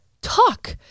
talk